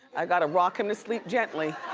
i gotta rock him to sleep gently.